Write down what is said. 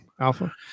alpha